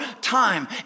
time